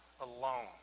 alone